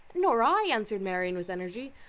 nor i, answered marianne with energy,